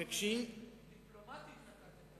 איזו לשון דיפלומטית נקטת.